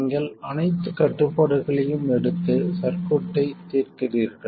நீங்கள் அனைத்து கட்டுப்பாடுகளையும் எடுத்து சர்க்யூட்டை தீர்க்கிறீர்கள்